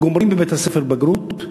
גומרים בבית-הספר בגרות,